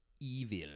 Evil